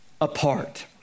apart